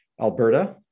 Alberta